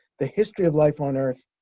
the history of life on earth,